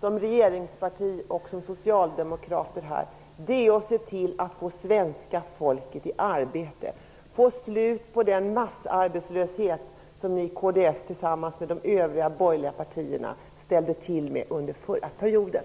som regeringsparti och socialdemokrater är nu att se till att få svenska folket i arbete och få slut på den massarbetslöshet som kds tillsammans med de övriga borgerliga partierna ställde till med under den förra mandatperioden.